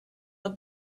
the